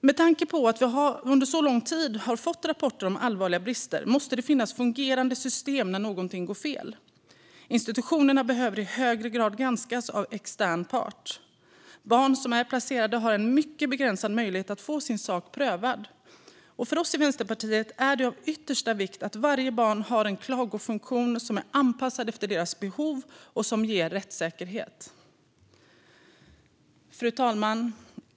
Med tanke på att vi under så lång tid har fått rapporter om allvarliga brister måste det finnas fungerande system när någonting går fel. Institutionerna behöver i högre grad granskas av en extern part. Barn som är placerade har en mycket begränsad möjlighet att få sin sak prövad. För oss i Vänsterpartiet är det av yttersta vikt att varje barn har en klagofunktion som är anpassad efter deras behov och som ger rättssäkerhet. Fru talman!